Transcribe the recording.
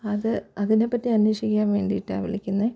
അത് അതിനെപ്പറ്റി അന്വേഷിക്കാൻ വേണ്ടിയിട്ടാണ് വിളിക്കുന്നത്